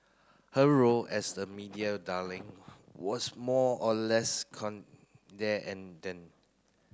her role as the media darling was more or less there and then